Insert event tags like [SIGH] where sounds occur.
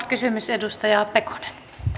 [UNINTELLIGIBLE] kysymys edustaja pekonen